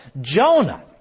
Jonah